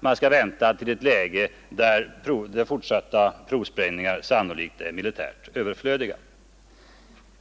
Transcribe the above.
man skall vänta till ett läge där fortsatta provsprängningar sannolikt är militärt överflödiga.